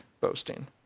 boasting